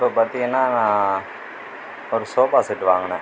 இப்போ பார்த்திங்கனா நான் ஒரு சோஃபா செட்டு வாங்கினேன்